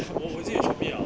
我我已经有 Shopee liao